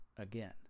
Again